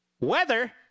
Weather